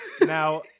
Now